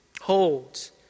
holds